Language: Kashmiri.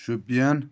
شُپیان